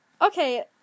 Okay